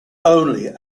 only